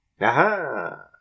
Aha